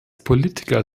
politiker